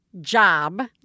job